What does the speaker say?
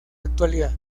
actualidad